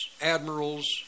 admirals